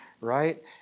right